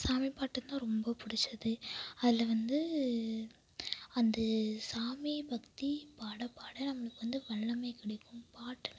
சாமி பாட்டுதான் ரொம்ப பிடிச்சது அதில் வந்து அந்த சாமி பற்றி பாட பாட நம்மளுக்கு வந்து வல்லமை கிடைக்கும் பாட்டுங்கிறது வந்து